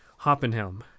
Hoppenhelm